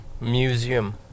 Museum